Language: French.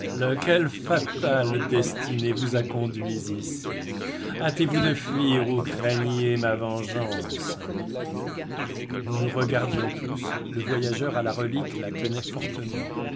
fatale destinée vous a conduits ici hâtez-vous de fuir ou craignez ma vengeance nous nous regardions tous le voyageur à la relique la tenait fortement